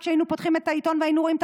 שהיינו פותחים את העיתון והיינו רואים את